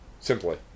Simply